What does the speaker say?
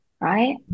Right